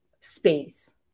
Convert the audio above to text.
space